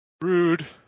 Rude